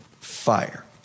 fire